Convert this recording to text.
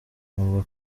avuga